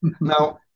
Now